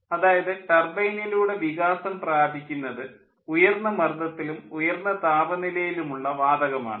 അതായത് ടർബൈനിലൂടെ വികാസം പ്രാപിക്കുന്നത് ഉയർന്ന മർദ്ദത്തിലും ഉയർന്ന താപനിലയിലുമുള്ള വാതകം ആണ്